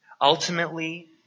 Ultimately